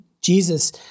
Jesus